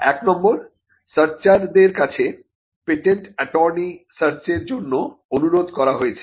এক নম্বর সার্চার দের কাছে পেটেন্ট এটর্নি সার্চের জন্য অনুরোধ করা হয়েছে